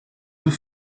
deux